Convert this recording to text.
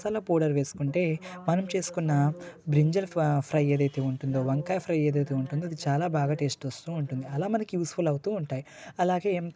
masala powder వేసుకుంటే మనం చేసుకున్న బ్రింజల్ ప్రై ఏదైతే ఉంటుందో వంకాయ ఫ్రై ఎదయితే ఉంటుందో అది చాలా బాగా టేస్ట్ వస్తు ఉంటుంది అలా మనకి యూస్ఫుల్ ఉంటాయి అలాగే